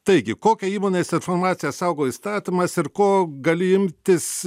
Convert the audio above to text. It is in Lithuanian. taigi kokią įmonės informaciją saugo įstatymas ir ko gali imtis